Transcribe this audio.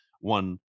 one-